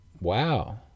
wow